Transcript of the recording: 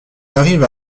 arrive